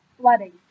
Flooding